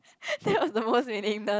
that was the most meaningless